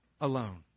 alone